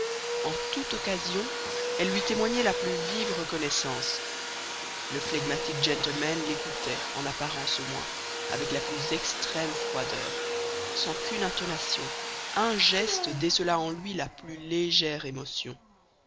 en toute occasion elle lui témoignait la plus vive reconnaissance le flegmatique gentleman l'écoutait en apparence au moins avec la plus extrême froideur sans qu'une intonation un geste décelât en lui la plus légère émotion